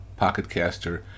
Pocketcaster